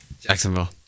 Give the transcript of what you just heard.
Jacksonville